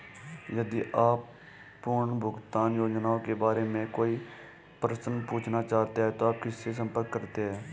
यदि आप पुनर्भुगतान योजनाओं के बारे में कोई प्रश्न पूछना चाहते हैं तो आप किससे संपर्क करते हैं?